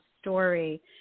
story